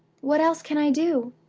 what else can i do?